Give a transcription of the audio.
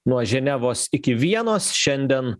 nuo ženevos iki vienos šiandien